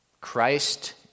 Christ